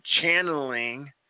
channeling